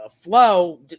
flow